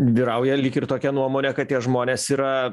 vyrauja lyg ir tokia nuomonė kad tie žmonės yra